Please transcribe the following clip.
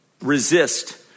resist